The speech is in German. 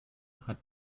hat